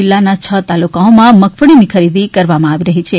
જિલ્લાના છ તાલુકાઓમાં મગફળીની ખરીદી કરવામાં આવી રહી છે